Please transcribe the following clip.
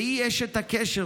והיא אשת הקשר,